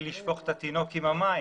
איננו רוצים לשפוך את התינוק עם המים.